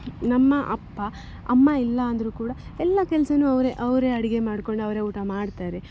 ನಮ್ಮ ಅಪ್ಪ ಅಮ್ಮ ಇಲ್ಲ ಅಂದ್ರೂ ಕೂಡ ಎಲ್ಲ ಕೆಲ್ಸವೂ ಅವರೇ ಅವರೇ ಅಡಿಗೆ ಮಾಡ್ಕೊಂಡು ಅವರೇ ಊಟ ಮಾಡ್ತಾರೆ